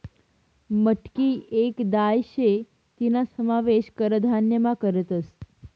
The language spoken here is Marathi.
मटकी येक दाय शे तीना समावेश कडधान्यमा करतस